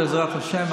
בעזרת השם,